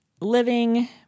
living